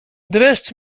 dreszcz